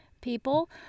people